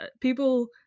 people